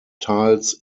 tiles